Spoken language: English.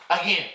again